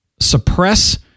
suppress